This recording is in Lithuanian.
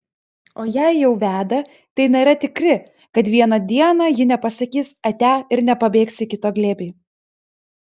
o jei jau veda tai nėra tikri kad vieną dieną ji nepasakys atia ir nepabėgs į kito glėbį